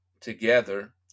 together